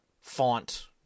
font